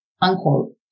unquote